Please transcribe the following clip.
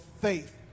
faith